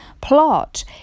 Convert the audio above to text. plot